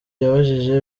yabajije